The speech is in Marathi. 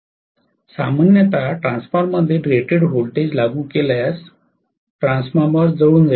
सामान्यत ट्रान्सफॉर्मरमध्ये रेटेड व्होल्टेज लागू केल्यास ट्रान्सफॉर्मर जळून जाईल